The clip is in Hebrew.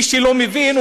מי שלא מבין,